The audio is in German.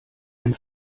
ein